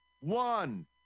one